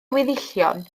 weddillion